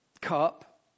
cup